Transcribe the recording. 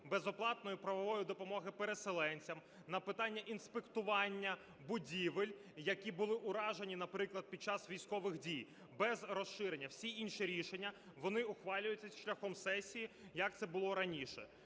безоплатної правової допомоги переселенцям на питання інспектування будівель, які були уражені, наприклад, під час військових дій, без розширення. Всі інші рішення, вони ухвалюються шляхом сесії, як це було раніше.